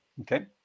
Okay